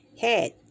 head